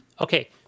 okay